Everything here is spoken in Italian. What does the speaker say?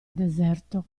deserto